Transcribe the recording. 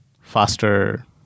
faster